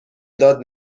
مداد